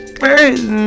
first